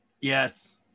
Yes